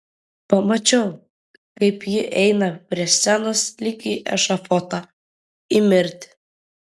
pamačiau kaip ji eina prie scenos lyg į ešafotą į mirtį